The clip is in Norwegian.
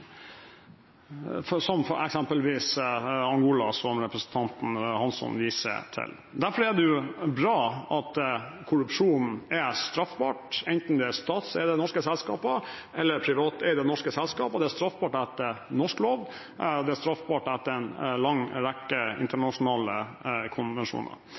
som eksempelvis Angola, som representanten Hansson viser til. Derfor er det bra at korrupsjon er straffbart, enten det er statseide norske selskaper eller privateide norske selskaper. Det er straffbart etter norsk lov, og det er straffbart etter en lang rekke internasjonale konvensjoner.